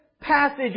passage